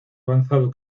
avanzado